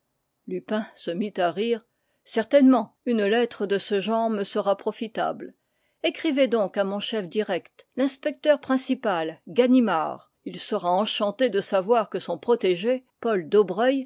lupin se mit à rire certainement une lettre de ce genre me sera profitable écrivez donc à mon chef direct l'inspecteur principal ganimard il sera enchanté de savoir que son protégé paul